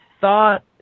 thought